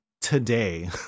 today